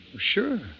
Sure